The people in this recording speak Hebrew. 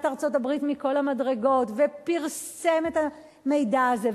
ארצות-הברית מכל המדרגות ופרסם את המידע הזה,